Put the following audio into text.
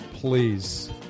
Please